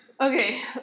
Okay